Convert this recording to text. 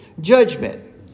judgment